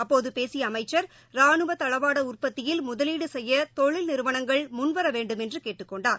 அப்போது பேசிய அமைச்சர் ரானுவ தளவாட உற்பத்தியில் முதலீடு செய்ய தொழில் நிறுவனங்கள் முன்வர வேண்டும் என்று கேட்டுக்கொண்டார்